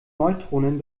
neutronen